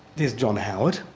here's john howard,